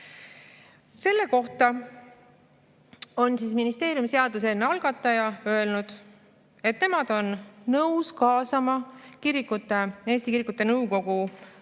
Selle kohta on ministeerium, seaduseelnõu algataja, öelnud, et nemad on nõus kaasama Eesti Kirikute Nõukogu